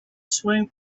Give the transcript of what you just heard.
swimming